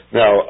now